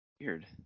Weird